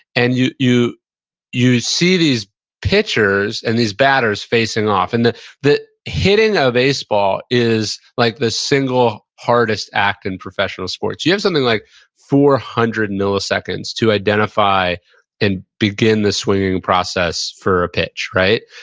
and you you see these pitchers and these batters facing off. and the the hitting of baseball is like the single hardest act in professional sports. you have something like four hundred milliseconds to identify and begin the swinging process for a pitch, right?